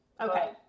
Okay